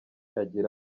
agira